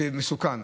זה מסוכן.